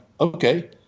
okay